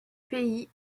pays